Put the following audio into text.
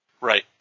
Right